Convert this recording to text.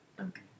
Okay